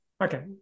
Okay